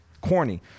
corny